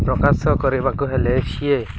ପ୍ରକାଶ କରିବାକୁ ହେଲେ ସିଏ